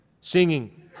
singing